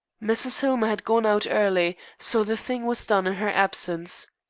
mrs. hillmer had gone out early, so the thing was done in her absence.